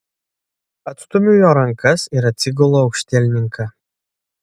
atstumiu jo rankas ir atsigulu aukštielninka